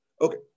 Okay